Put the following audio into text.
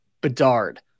Bedard